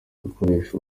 gukoresha